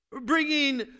bringing